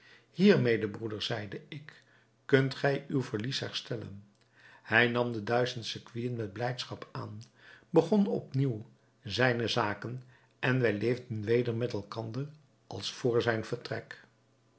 hiermede broeder zeide ik kunt gij uw verlies herstellen hij nam de duizend sequinen met blijdschap aan begon op nieuw zijne zaken en wij leefden weder met elkander als vr zijn vertrek